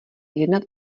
jednat